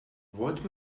what